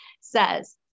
says